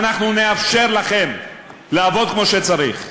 נאפשר לכם לעבוד כמו שצריך.